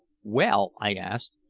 well? i asked.